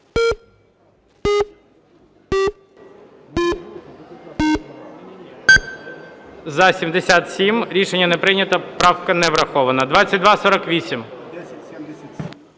За-82 Рішення не прийнято. Правка не врахована. 928